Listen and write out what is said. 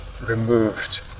removed